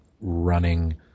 running